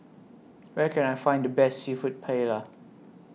Where Can I Find The Best Seafood Paella